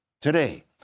Today